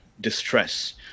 distress